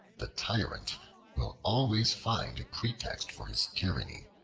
the tyrant will always find a pretext for his tyranny.